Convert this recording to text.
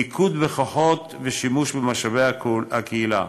מיקוד כוחות ושימוש במשאבי הקהילה,